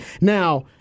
Now